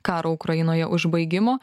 karo ukrainoje užbaigimo